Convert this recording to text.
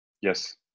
Yes